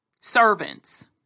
servants